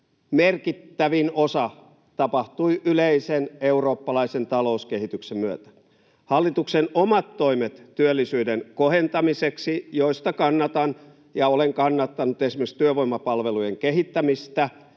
merkittävin osa tapahtui yleisen eurooppalaisen talouskehityksen myötä. Hallituksen omat toimet työllisyyden kohentamiseksi, joista kannatan ja olen kannattanut esimerkiksi työvoimapalvelujen kehittämistä,